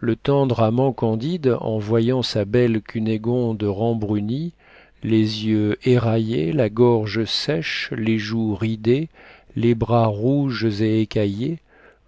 le tendre amant candide en voyant sa belle cunégonde rembrunie les yeux éraillés la gorge sèche les joues ridées les bras rouges et écaillés